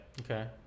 Okay